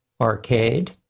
arcade